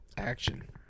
Action